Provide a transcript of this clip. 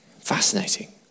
Fascinating